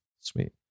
Sweet